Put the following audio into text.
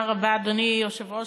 אדוני היושב-ראש,